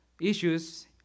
issues